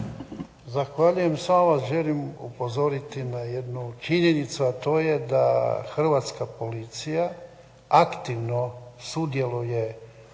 Zahvaljujem. Samo vas želim upozoriti na jednu činjenicu, a to je da hrvatska policija aktivno sudjeluje